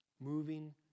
moving